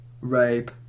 rape